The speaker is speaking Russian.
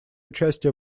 участие